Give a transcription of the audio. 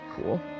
cool